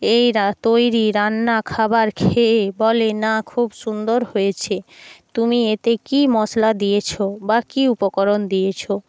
এই তৈরি রান্না খাবার খেয়ে বলে না খুব সুন্দর হয়েছে তুমি এতে কী মশলা দিয়েছ বা কী উপকরণ দিয়েছ